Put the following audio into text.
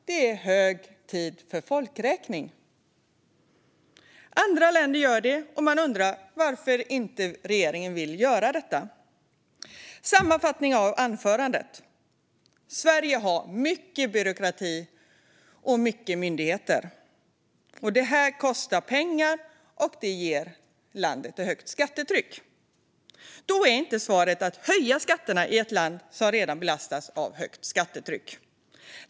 Det är hög tid för folkräkning. Andra länder gör det, och man undrar varför regeringen inte vill göra detta. Sammanfattningsvis har Sverige mycket byråkrati och många myndigheter. Det här kostar pengar och ger landet ett högt skattetryck. Då är inte svaret att höja skatterna i ett land som redan belastas av ett högt skattetryck.